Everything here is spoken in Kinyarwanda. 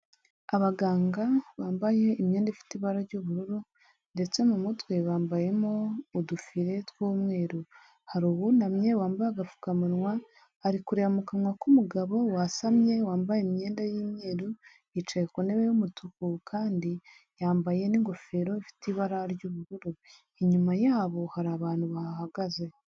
Abaganga bambaye imyenda ifite ibara ry'ubururu ndetse mu mutwe, bambayemo udufire tw'umweru. Hari uwunamye wambaye agapfukamunwa, ari kureba mu kanwa k'umugabo wasamye, wambaye imyenda y'imweru, yicaye ku ntebe y'umutuku kandi yambaye n'ingofero ifite ibara ry'ubururu. Inyuma yabo hari abantu bahagaze.